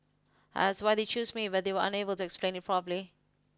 I asked why they chose me but they were unable to explain it properly